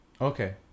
Okay